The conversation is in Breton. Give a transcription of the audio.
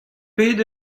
bet